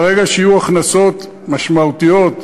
ברגע שיהיו הכנסות משמעותיות,